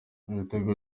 ibitego